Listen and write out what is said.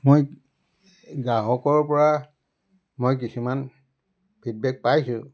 মই গ্ৰাহকৰপৰা মই কিছুমান ফিডবেক পাইছোঁ